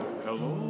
hello